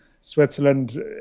Switzerland